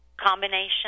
combination